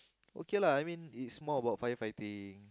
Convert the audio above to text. okay lah I mean it's more about firefighting